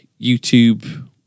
YouTube